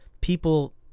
people